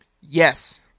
Yes